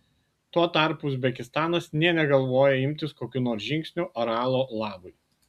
tuo tarpu uzbekistanas nė negalvoja imtis kokių nors žingsnių aralo labui